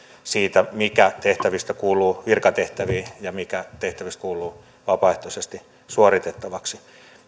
siitä mikä tehtävistä kuuluu virkatehtäviin ja mikä tehtävistä kuuluu vapaaehtoisesti suoritettavaksi